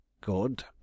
Good